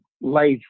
life